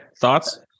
thoughts